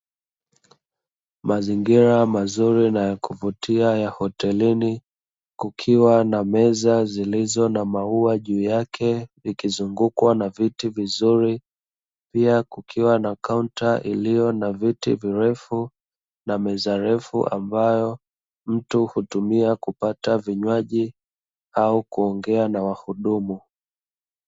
Mazingira mazuri na ya kuvutia ya hotelini, kukiwa na meza zilizo na maua juu yake, ikizungukwa na viti vizuri, pia kukiwa na kaunta iliyo na viti virefu na meza ndefu, ambayo mtu hutumia kupata vinywaji au kuongea na wahudumu.